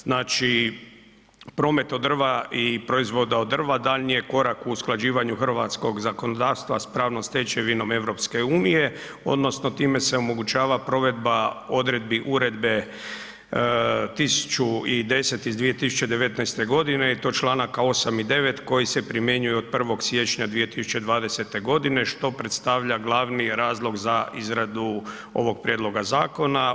Znači promet od drva i proizvoda od drva daljnji je korak u usklađivanju hrvatskog zakonodavstva s pravnom stečevinom EU, odnosno time se omogućava provedba odredbi uredbe 1010 iz 2019. godine i to članaka 8. i 9. koji se primjenjuju od 1. siječnja 2020. godine što predstavlja glavni razlog za izradu ovog prijedloga zakona.